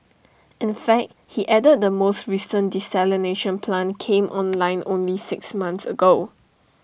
in fact he added the most recent desalination plant came online only six months ago